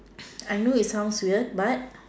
I know it sounds weird but